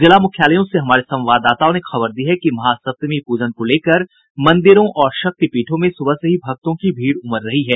जिला मुख्यालयों से हमारे संवाददाताओं ने खबर दी है कि महासप्तमी पूजन को लेकर मंदिरों और शक्तिपीठों में सुबह से ही भक्तों की भीड़ उमड़ रही है